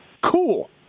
cool